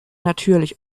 natürlich